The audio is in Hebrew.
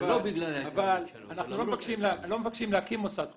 לא מבקשים להקים מוסד חדש,